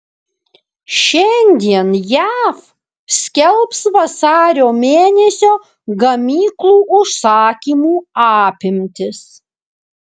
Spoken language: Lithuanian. šiandien jav skelbs vasario mėnesio gamyklų užsakymų apimtis